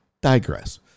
digress